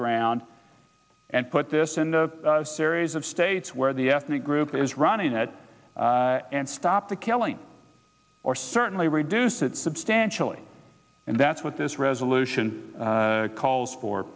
ground and put this in the series of states where the ethnic group is running it and stop the killing or certainly reduce it substantially and that's what this resolution calls for